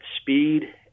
speed